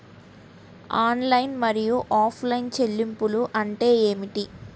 Online మరియు offline చెల్లింపులు అంటే ఏమిటి?